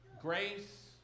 Grace